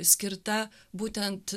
skirta būtent